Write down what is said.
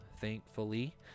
thankfully